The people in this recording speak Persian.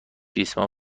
ریسمان